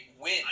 win